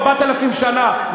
4,000 שנה.